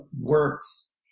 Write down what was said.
works